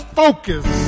focus